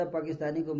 Pakistani